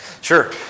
sure